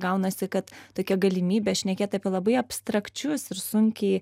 gaunasi kad tokia galimybė šnekėt apie labai abstrakčius ir sunkiai